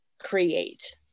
create